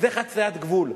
אז זה חציית גבול.